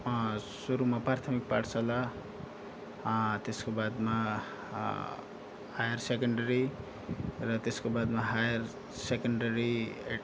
सुरूमा प्राथमिक पाठशाला त्यसको बादमा हायर सेकेन्ड्री र त्यसको बादमा हायर सेकेन्ड्री